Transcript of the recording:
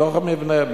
בתוך המבנה,